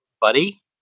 buddy